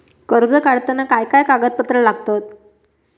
कर्ज काढताना काय काय कागदपत्रा लागतत?